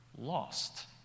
lost